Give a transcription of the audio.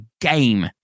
game